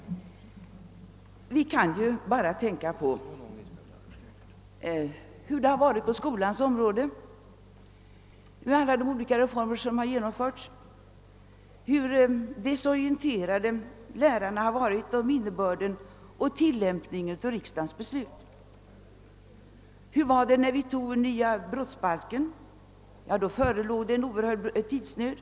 Vi kan bara tänka på hur det har varit på skolans område med alla de olika reformer som där har genomförts. Lärarna har varit desorienterade om innebörden och tillämpningen av riksdagens beslut. Hur var det när vi tog den nya brottsbalken? Då förelåg en oerhörd tidsnöd.